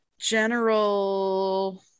General